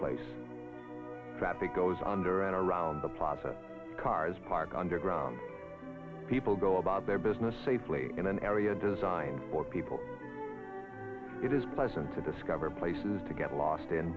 place that they goes under and around the plaza cars parked underground people go about their business safely in an area designed for people it is pleasant to discover places to get lost